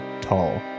tall